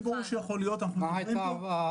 חד-משמעית.